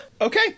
okay